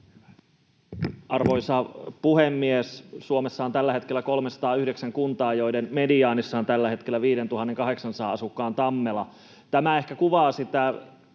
Arvoisa puhemies! Suomessa on tällä hetkellä 309 kuntaa, joiden mediaanissa on 5 800 asukkaan Tammela. Tämä ehkä kuvaa sitä